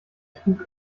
trug